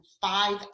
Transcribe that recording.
five